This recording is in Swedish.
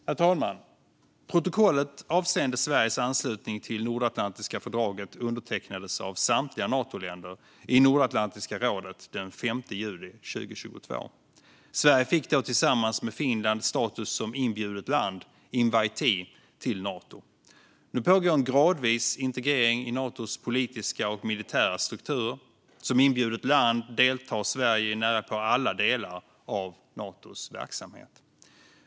Herr talman! Protokollet avseende Sveriges anslutning till det nordatlantiska fördraget undertecknades av samtliga Natoländer i Nordatlantiska rådet den 5 juli 2022. Sverige fick då tillsammans med Finland status som inbjudet land, invitee, till Nato. Nu pågår en gradvis integrering i Natos politiska och militära strukturer. Som inbjudet land deltar Sverige i närapå alla delar av Natos verksamhet.